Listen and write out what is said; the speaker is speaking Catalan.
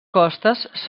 costes